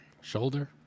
Shoulder